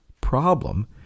problem